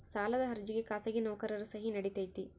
ಸಾಲದ ಅರ್ಜಿಗೆ ಖಾಸಗಿ ನೌಕರರ ಸಹಿ ನಡಿತೈತಿ?